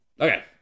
Okay